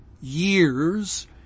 years